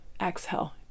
exhale